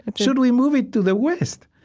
ah should we move it to the west?